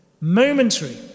momentary